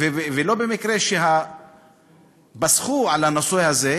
במקרה פסחו על הנושא הזה,